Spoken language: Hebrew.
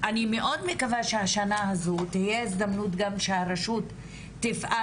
אני מאוד מקווה שהשנה הזו תהיה הזדמנות גם שהרשות תפעל